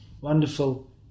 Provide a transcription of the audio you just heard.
wonderful